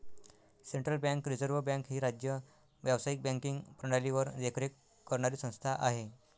central bank reserve bank ही राज्य व्यावसायिक बँकिंग प्रणालीवर देखरेख करणारी संस्था आहे